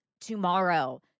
tomorrow